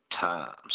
Times